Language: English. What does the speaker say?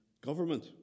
government